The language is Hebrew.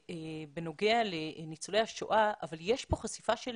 פלוסקוב בנוגע לניצולי השואה אבל יש כאן חשיפה של